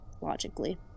logically